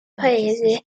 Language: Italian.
paese